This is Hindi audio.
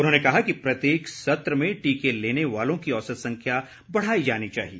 उन्होंने कहा कि प्रत्येक सत्र में टीके लेने वालों की औसत संख्या बढ़ाई जानी चाहिए